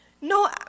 No